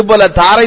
இதபோல தாரை